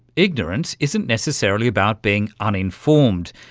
ignorance isn't necessarily about being uniformed,